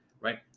Right